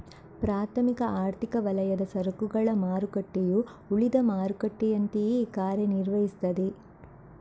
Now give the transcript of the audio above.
ಪ್ರಾಥಮಿಕ ಆರ್ಥಿಕ ವಲಯದ ಸರಕುಗಳ ಮಾರುಕಟ್ಟೆಯು ಉಳಿದ ಮಾರುಕಟ್ಟೆಯಂತೆಯೇ ಕಾರ್ಯ ನಿರ್ವಹಿಸ್ತದೆ